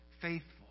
faithful